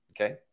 Okay